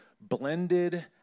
blended